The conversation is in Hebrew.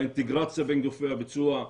האינטגרציה בין גופי הביצוע,